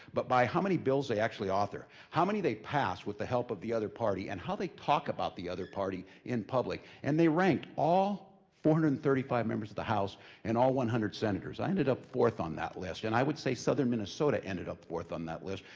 but by how many bills they actually author. how many they passed with the help of the other party, and how they talk about the other party in public. and they ranked all hundred and and thirty five members of the house and all one hundred senators. i ended up fourth on that list. and i would say southern minnesota ended up fourth on that list,